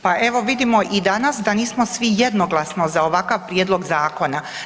Pa evo vidimo i danas da nismo svi jednoglasno za ovakav prijedlog zakona.